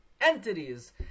entities